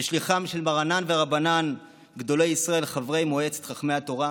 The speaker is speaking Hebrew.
ושליחם של מרנן ורבנן גדולי ישראל חברי מועצת חכמי התורה,